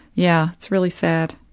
yeah. it's really sad.